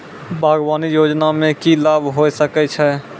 बागवानी योजना मे की लाभ होय सके छै?